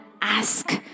ask